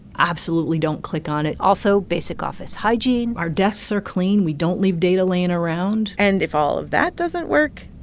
absolutely don't click on it also, basic office hygiene our desks are clean. we don't leave data laying around and if all of that doesn't work,